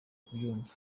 kubyumva